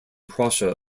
prussia